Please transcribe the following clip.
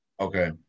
Okay